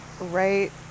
right